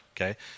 Okay